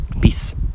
Peace